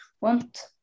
want